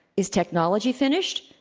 is technology finished?